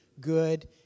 good